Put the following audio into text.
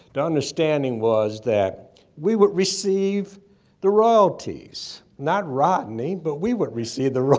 the understanding was that we would receive the royalties. not rodney, but we would receive the